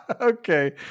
Okay